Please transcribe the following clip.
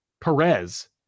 Perez